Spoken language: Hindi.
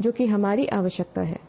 जो कि हमारी आवश्यकता है